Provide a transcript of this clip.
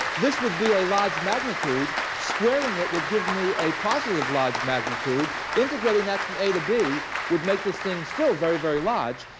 this would be a large magnitude. squaring it would give me a positive large magnitude. integrating that from a to b would make this thing still very, very large.